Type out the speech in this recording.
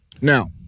Now